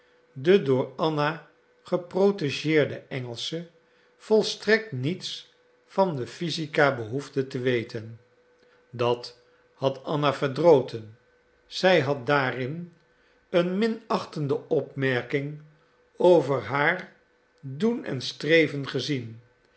de door anna geprotegeerde engelsche volstrekt niets van de physica behoefde te weten dat had anna verdroten zij had daarin eene minachtende opmerking over haar doen en streven gezien